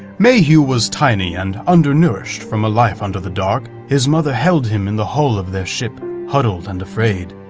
mayhew was tiny and undernourished from a life under the dark, his mother held him in the hull of their ship, huddled and afraid.